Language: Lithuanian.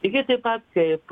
lygiai taip pat kaip